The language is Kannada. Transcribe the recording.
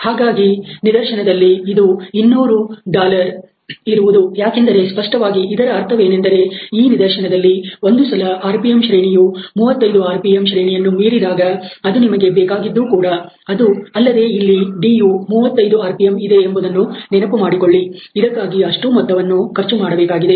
ಹಾಗಾಗಿ ಈ ನಿದರ್ಶನದಲ್ಲಿ ಇದು 200 ಇರುವುದು ಯಾಕೆಂದರೆ ಸ್ಪಷ್ಟವಾಗಿ ಇದರ ಅರ್ಥವೇನೆಂದರೆ ಈ ನಿದರ್ಶನದಲ್ಲಿ ಒಂದು ಸಲ ಆರ್ ಪಿಎಂಶ್ರೇಣಿಯು35 ಆರ್ ಪಿ ಎಂ ಶ್ರೇಣಿಯನ್ನು ಮೀರಿದಾಗ ಅದು ನಿಮಗೆ ಬೇಕಾಗಿದ್ದು ಕೂಡ ಅಲ್ಲದೆ ಇಲ್ಲಿ d U 35 R P M ಇದೆ ಎಂಬುದನ್ನು ನೆನಪು ಮಾಡಿಕೊಳ್ಳಿ ಇದಕ್ಕಾಗಿ ಅಷ್ಟು ಮೊತ್ತವನ್ನು ಖರ್ಚು ಮಾಡಬೇಕಾಗಿದೆ